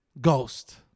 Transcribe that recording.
Ghost